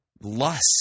lust